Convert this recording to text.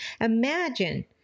Imagine